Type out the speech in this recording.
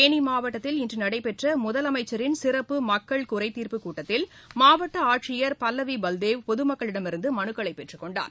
தேனி மாவட்டத்தில் இன்று நடைபெற்ற முதலமைச்சின் சிறப்பு மக்கள் குறைதீர்ப்பு கூட்டத்தில் மாவட்ட ஆட்சியர் பல்லவி பல்தேவ் பொதுமக்களிடமிருந்து மனுக்களை பெற்றுக் கொண்டார்